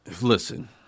Listen